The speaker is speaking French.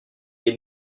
est